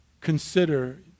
consider